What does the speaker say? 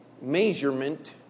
measurement